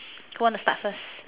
who want to start first